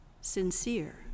sincere